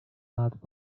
not